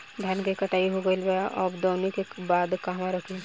धान के कटाई हो गइल बा अब दवनि के बाद कहवा रखी?